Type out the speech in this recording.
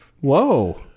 Whoa